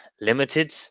limited